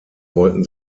wollten